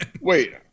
Wait